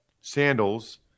sandals